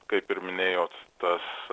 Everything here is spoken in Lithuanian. kaip ir minėjot tas